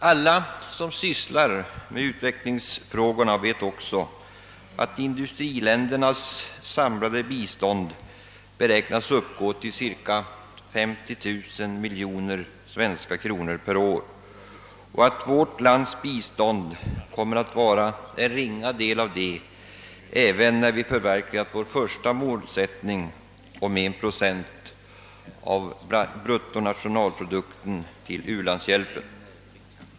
Alla som sysslar med utvecklingsfrågorna vet också att industriländernas samlade bistånd beräknas uppgå till cirka 50 000 miljoner svenska kronor per år och att vårt lands bistånd kommer att vara en ringa del av det även när vi förverkligat vår första målsättning om 1 procent av bruttonationalprodukten till u-landsbjälpen.